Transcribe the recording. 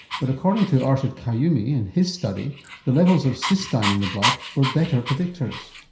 but according to arshed quyyumi in his study the levels of cystine in the blood were better predictors.